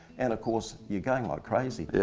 and of course, you're going like crazy.